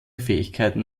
fähigkeiten